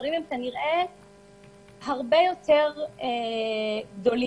המספרים הם כנראה הרבה יותר גדולים.